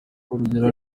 urugero